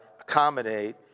accommodate